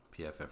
PFF